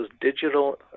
digital